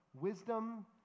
Wisdom